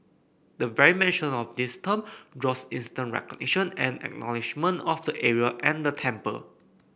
the very mention of this term draws instant recognition and acknowledgement of the area and the temple